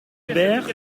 aubert